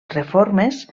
reformes